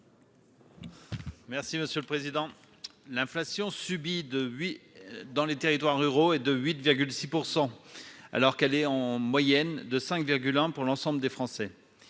Merci monsieur le président, l'inflation subie de lui dans les territoires ruraux et de 8 6 % alors qu'elle est en moyenne de 5 virgule, un pour l'ensemble des Français,